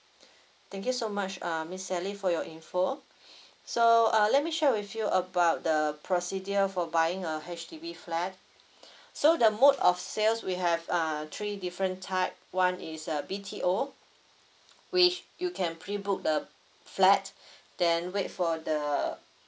thank you so much uh miss sally for your info so uh let me share with you about the procedure for buying a H_D_B flat so the mode of sales we have uh three different type one is a B_T_O which you can pre book the flat then wait for the